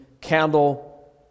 candle